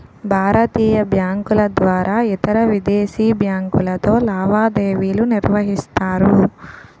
భారతీయ బ్యాంకుల ద్వారా ఇతరవిదేశీ బ్యాంకులతో లావాదేవీలు నిర్వహిస్తారు